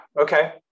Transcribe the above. okay